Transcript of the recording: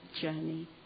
journey